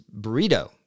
burrito